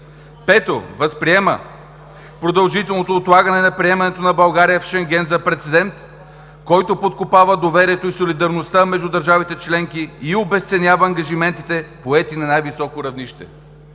пето, възприема продължителното отлагане на приемането на България в Шенген за прецедент, който подкопава доверието и солидарността между държавите членки и обезценява ангажиментите, поети на най-високо равнище“.